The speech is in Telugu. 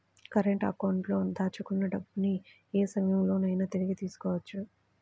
కరెంట్ అకౌంట్లో దాచుకున్న డబ్బుని యే సమయంలోనైనా తిరిగి తీసుకోవచ్చు